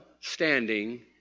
standing